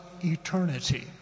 eternity